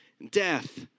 Death